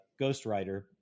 Ghostwriter